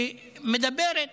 שמדברת